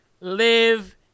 live